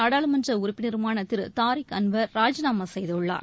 நாடாளுமன்ற உறுப்பினருமான திரு தாரிக் அன்வர் ராஜினாமா செய்துள்ளார்